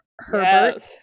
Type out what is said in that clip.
herbert